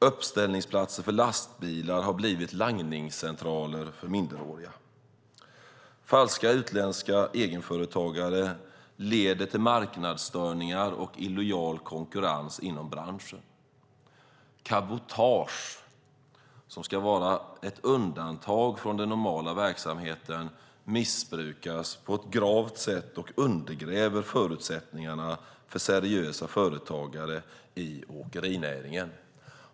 Uppställningsplatser för lastbilar har blivit langningscentraler för minderåriga. Falska utländska egenföretagare leder till marknadsstörningar och illojal konkurrens inom branschen. Cabotage, som ska vara ett undantag från verksamheten, missbrukas å det grövsta och underbygger förutsättningarna för seriösa företagare i åkerinäringen.